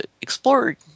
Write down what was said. explore